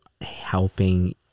helping